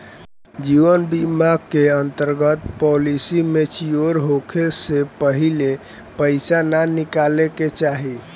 जीवन बीमा के अंतर्गत पॉलिसी मैच्योर होखे से पहिले पईसा ना निकाले के चाही